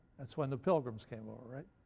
that's when the pilgrims came over, right?